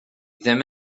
ddim